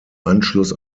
anschluss